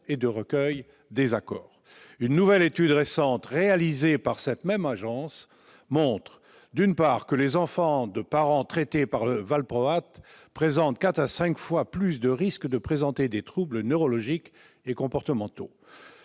et de recueil des accords. Par ailleurs, une étude récente réalisée par cette même agence montre que les enfants de parents traités par le valproate courent quatre à cinq fois plus de risques de présenter des troubles neurologiques et comportementaux